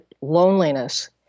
loneliness